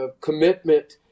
commitment